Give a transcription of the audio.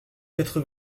quatre